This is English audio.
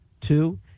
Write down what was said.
Two